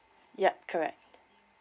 yup correct